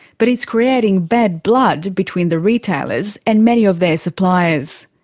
but it's creating bad blood between the retailers and many of their suppliers.